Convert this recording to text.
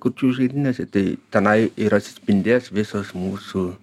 kurčiųjų žaidynėse tai tenai ir atsispindės visas mūsų